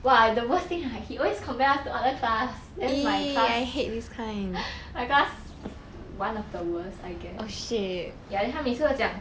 !wah! the worst thing ah he always compare us to other class then my class my class is one of the worst I guess ya then 他每次都讲